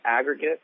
aggregate